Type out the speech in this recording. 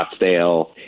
Scottsdale